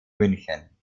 münchen